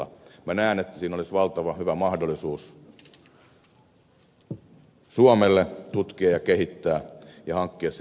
näen että siinä olisi valtavan hyvä mahdollisuus suomelle tutkia ja kehittää ja hankkia sitä osaamista